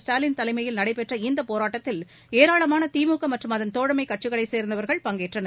ஸ்டாலிள் தலைமையில் நடைபெற்ற ஆளும் இந்தபோராட்டத்தில் ஏராளமானதிமுகமற்றும் அதன் தோழமைகட்சிகளைசேர்ந்தவர்கள் பங்கேற்றனர்